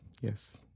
Yes